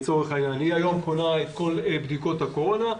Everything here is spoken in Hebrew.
היא היום קונה את כל בדיקות הקורונה.